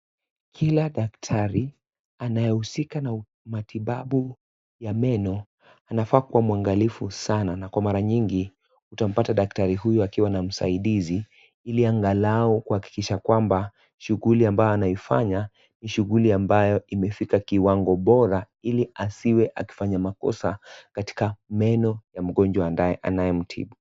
Kila daktari anayehusika na matibabu ya meno anafaa kuwa mwangalifu sana na kwa mara nyingi utampata daktari huyu akiwa na msaidizi ili angalau kuhakikisha kwamba shughuli ambayo anaifanya ni shughuli ambayo imefika kiwango bora ili asiwe akifanya makosa katika meno ya mgonjwa anayemtibu.